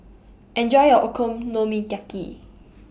Enjoy your Okonomiyaki